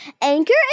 Anchor